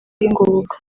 y’ingoboka